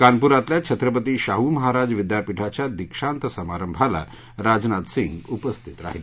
कानपुरातल्या छत्रपती शाहू महाराज विद्यापीठाच्या दीक्षांत समारंभाला राजनाथ सिंग उपस्थित राहिले